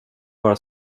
vara